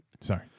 Sorry